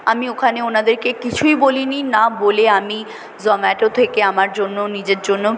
আমি ওখানে ওনাদেরকে কিছুই বলিনি না বলে আমি জোম্যাটো থেকে আমার জন্য নিজের জন্য